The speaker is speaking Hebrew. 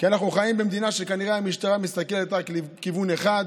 כי אנחנו חיים במדינה שכנראה המשטרה מסתכלת רק לכיוון אחד,